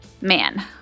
man